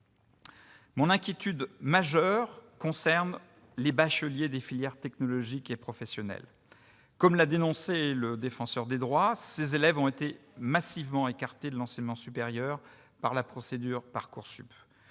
Mon inquiétude majeure concerne les bacheliers des filières technologiques et professionnelles. Comme l'a dénoncé le Défenseur des droits, ces élèves ont été massivement écartés de l'enseignement supérieur par la procédure Parcoursup.